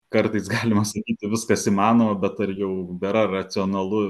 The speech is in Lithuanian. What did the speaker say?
kartais galima sakyti viskas įmanoma bet ar jau bėra racionalu